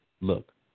look